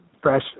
Fresh